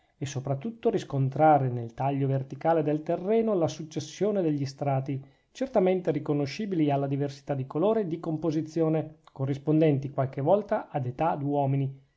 e sopratutto riscontrare nel taglio verticale del terreno la successione degli strati certamente riconoscibili alla diversità di colore e di composizione corrispondenti qualche volta ad età d'uomini